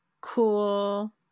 Cool